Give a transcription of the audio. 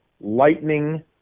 lightning